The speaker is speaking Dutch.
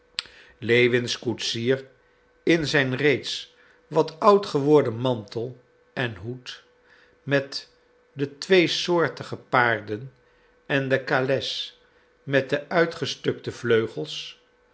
lewins koetsier in zijn reeds wat oud geworden mantel en hoed met de tweesoortige paarden en de kales met de uitgestukte vleugels